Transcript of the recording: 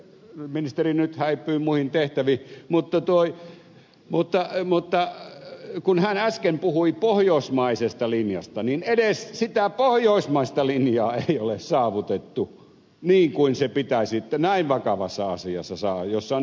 ministeri nyt häipyy muihin tehtäviin mutta kun hän äsken puhui pohjoismaisesta linjasta niin edes sitä pohjoismaista linjaa ei ole saavutettu niin kuin se pitäisi näin vakavassa asiassa saavuttaa jossa on ihmisoikeuksista kysymys